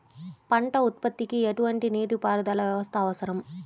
పంట ఉత్పత్తికి ఎటువంటి నీటిపారుదల వ్యవస్థ అవసరం?